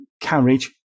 carriage